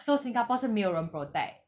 so singapore 是没有人 protect